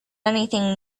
anything